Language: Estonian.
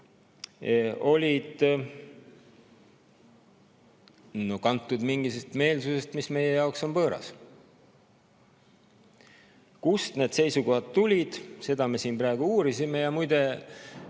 olid kantud mingist sellisest meelsusest, mis meie jaoks on võõras. Kust need seisukohad tulid, seda me siin praegu uurisime. Muide,